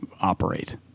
operate